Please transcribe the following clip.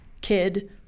kid